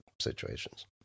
situations